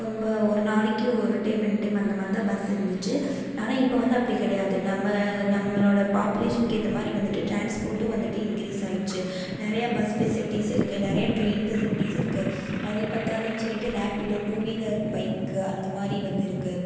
ரொம்ப ஒரு நாளைக்கு ஒரு டைம் ரெண்டு டைம் அந்த மாதிரிதான் பஸ்ஸு இருந்துச்சு ஆனால் இப்போ வந்து அப்படி கிடையாது நம்ம நம்மளோடய பாப்புலேஷன்க்கு ஏற்ற மாதிரி வந்துட்டு ட்ரான்ஸ்போர்ட்டும் வந்துட்டு இன்க்ரீஸ் ஆகிருச்சி நிறையா பஸ் ஃபெசிலிட்டிஸ் இருக்குது நிறையா ட்ரெயின் ஃபெசிலிட்டிஸ் இருக்குது அது பத்தாதுன் சொல்லிவிட்டு ரேப்பிடோ டூவீலர் பைக்கு அந்த மாதிரி வந்து இருக்குது